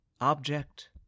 Object